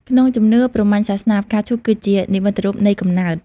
ក្នុងជំនឿព្រហ្មញ្ញសាសនា ផ្កាឈូកគឺជា និមិត្តរូបនៃកំណើត។